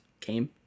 came